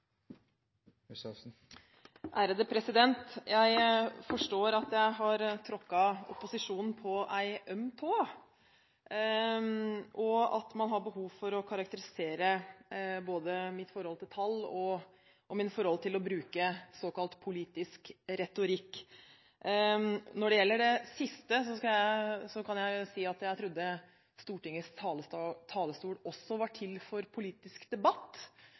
Jeg forstår at jeg har tråkket opposisjonen på en øm tå, og at man har behov for å karakterisere både mitt forhold til tall og mitt forhold til å bruke såkalt politisk retorikk. Når det gjelder det siste, trodde jeg at Stortingets talerstol også var til for politisk debatt